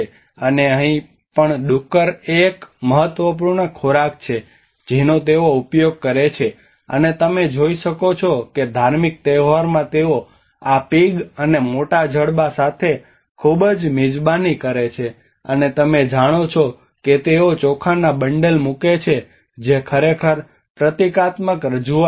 અને અહીં પણ ડુક્કર એ એક મહત્વપૂર્ણ ખોરાક છે જેનો તેઓ ઉપયોગ કરે છે અને તમે જોઈ શકો છો કે ધાર્મિક તહેવારમાં તેઓ આ પિગ અને મોટા જડબાં સાથે પણ ખૂબ જ મિજબાની કરે છે અને તમે જાણો છો કે તેઓ ચોખાના બંડલ મૂકે છે અને જે ખરેખર પ્રતીકાત્મક રજૂઆત છે